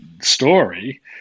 story